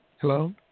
Hello